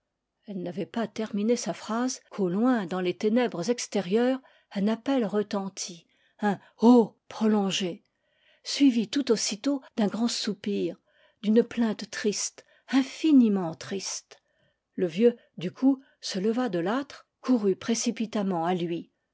elle n'avait pas terminé sa phrase qu'au loin dans les ténèbres extérieures un appel retentit un ho prolongé suivi tout aussitôt d'un grand soupir d'une plainte triste infiniment triste le vieux du coup se leva de l'âtre courut précipitamment h l'huis